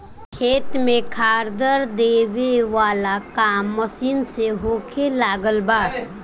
खेत में खादर देबे वाला काम मशीन से होखे लागल बा